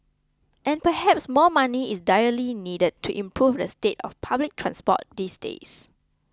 and perhaps more money is direly needed to improve the state of public transport these days